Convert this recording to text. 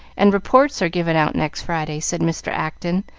and reports are given out next friday, said mr. acton,